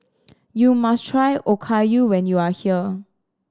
you must try Okayu when you are here